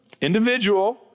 individual